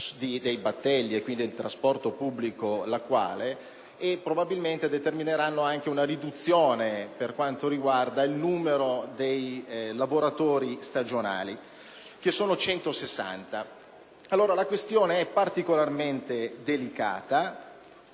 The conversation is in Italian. dei battelli e quindi del trasporto pubblico lacuale e probabilmente determineranno anche una riduzione del numero dei lavoratori stagionali, pari a 160. La questione è particolarmente delicata.